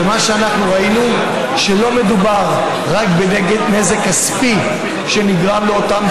מה שאנחנו ראינו זה שלא מדובר רק בנזק כספי שנגרם לאותם